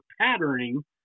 patterning